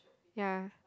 ya